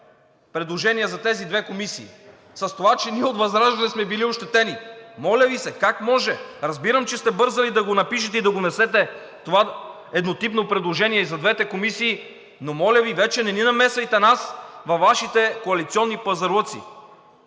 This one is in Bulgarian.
предложение за тези две комисии? С това, че ние от ВЪЗРАЖДАНЕ сме били ощетени?! Моля Ви! Как може? Разбирам, че сте бързали да го напишете и да го внесете това еднотипно предложение и за двете комисии, но моля Ви, вече не ни намесвайте нас във Вашите коалиционни пазарлъци.